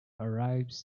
arrives